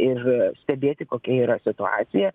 ir stebėti kokia yra situacija